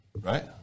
right